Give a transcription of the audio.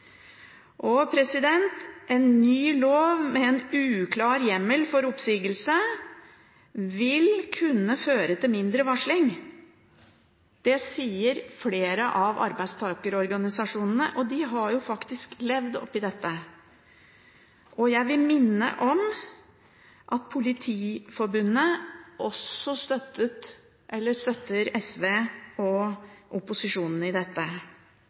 En ny lov med en uklar hjemmel for oppsigelse vil kunne føre til mindre varsling. Det sier flere av arbeidstakerorganisasjonene, og de har faktisk levd oppi dette. Jeg vil minne om at Politiets Fellesforbund også støtter SV og opposisjonen i dette,